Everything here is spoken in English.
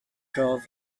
drove